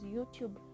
YouTube